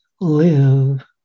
live